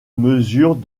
mesures